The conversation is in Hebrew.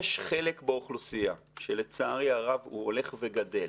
יש חלק באוכלוסייה, שלצערי הרב הוא הולך וגדל,